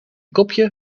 kopje